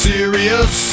Serious